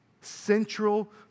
Central